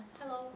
Hello